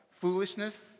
foolishness